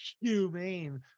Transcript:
Humane